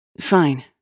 Fine